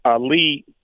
Lee